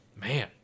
man